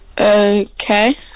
Okay